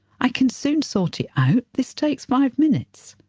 i can soon sort it out this takes five minutes.